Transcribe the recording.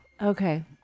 Okay